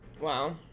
Wow